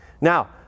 Now